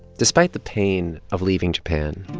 despite the pain of leaving japan,